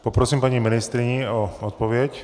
Poprosím paní ministryni o odpověď.